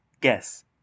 Guess